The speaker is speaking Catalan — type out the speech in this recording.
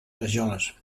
rajoles